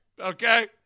Okay